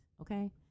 okay